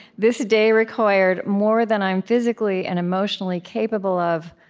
this day required more than i'm physically and emotionally capable of,